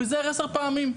הוא יזהר עשר פעמים.